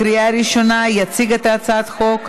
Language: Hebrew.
לפרוטוקול, גם חברת הכנסת נורית קורן.